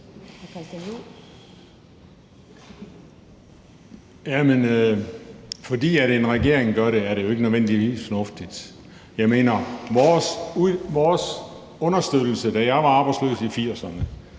Fordi en regering gør det, er det jo ikke nødvendigvis fornuftigt, og vores understøttelse var, da jeg var arbejdsløs i 80'erne,